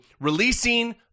releasing